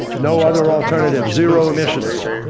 no other alternative, zero emissions!